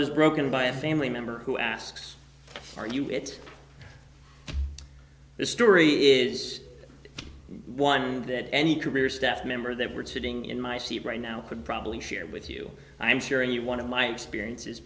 it is broken by a family member who asks are you it this story is one that any career staff member that were sitting in my seat right now could probably share with you i'm sure you want to my experiences